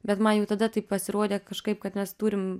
bet man jau tada tai pasirodė kažkaip kad mes turim